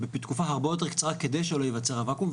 בתקופה הרבה יותר קצרה, כדי שלא יווצר הוואקום.